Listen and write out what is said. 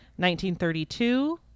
1932